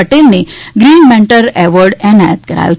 પટેલને green mentor award એનાયત કરાયો